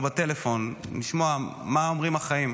לשמוע מה אומרים החיים,